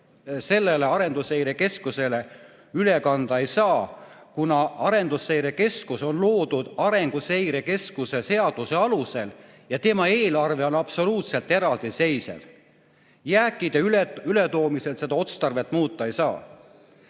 eelarvest Arenguseire Keskusele üle kanda ei saa, kuna Arenguseire Keskus on loodud arenguseire seaduse alusel ja tema eelarve on absoluutselt eraldiseisev. Jääkide ületoomisel seda otstarvet muuta ei saa.